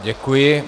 Děkuji.